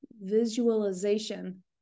visualization